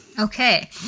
Okay